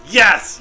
yes